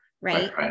right